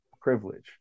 privilege